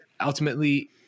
ultimately